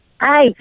Hi